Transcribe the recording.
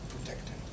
protected